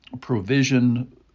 provision